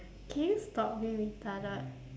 can you stop being retarded